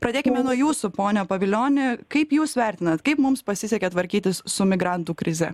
pradėkime nuo jūsų pone pavilioni kaip jūs vertinat kaip mums pasisekė tvarkytis su migrantų krize